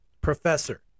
professor